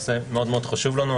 נושא מאוד חשוב לנו.